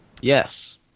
Yes